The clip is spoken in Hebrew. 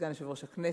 סגן יושב-ראש הכנסת,